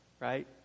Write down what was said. Right